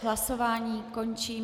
Hlasování končím.